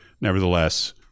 nevertheless